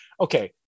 okay